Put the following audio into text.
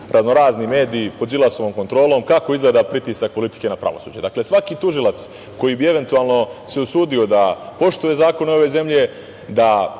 raznorazni mediji pod Đilasovom kontrolom, kako izgleda pritisak politike na pravosuđe. Dakle, svaki tužilac koji bi eventualno se usudio da poštuje zakone ove zemlje, da